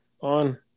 on